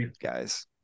guys